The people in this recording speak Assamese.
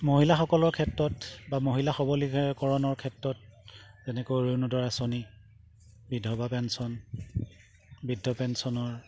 মহিলাসকলৰ ক্ষেত্ৰত বা মহিলা সৱলীকৰণৰ ক্ষেত্ৰত যেনেকৈ অৰুণোদয় আঁচনি বিধৱা পেঞ্চন বৃদ্ধ পেঞ্চনৰ